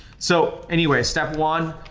so anyway, step one,